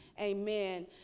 amen